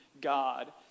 God